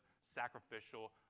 sacrificial